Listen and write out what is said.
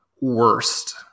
worst